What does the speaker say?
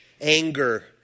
anger